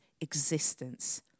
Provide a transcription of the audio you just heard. existence